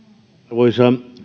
arvoisa